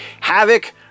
havoc